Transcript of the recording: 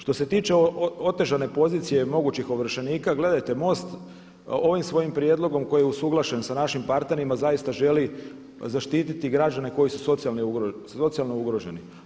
Što se tiče otežane pozicije i mogućih ovršenika gledajte MOST ovim svojim prijedlogom koji je usuglašen sa našim partnerima zaista želi zaštititi građane koji su socijalno ugroženi.